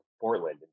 portland